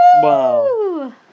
Wow